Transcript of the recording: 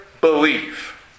believe